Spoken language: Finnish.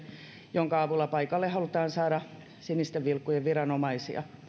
jonka avulla paikalle halutaan saada sinisten vilkkujen viranomaisia